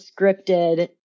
scripted